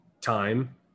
time